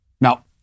Now